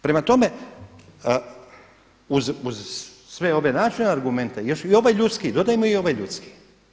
Prema tome, uz sve ove naše argumente još i ovaj ljudski, dodajmo i ovaj ljudski.